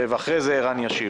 ואחרי זה, ערן ישיב.